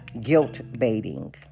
guilt-baiting